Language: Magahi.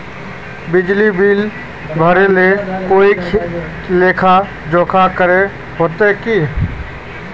बिजली बिल भरे ले कोई लेखा जोखा करे होते की?